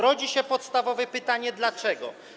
Rodzi się podstawowe pytanie: Dlaczego?